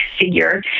figure